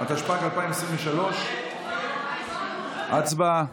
התשפ"ג 2023. הצבעה.